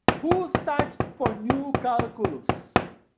who searched for new calculus